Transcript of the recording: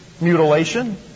mutilation